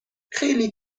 خیلی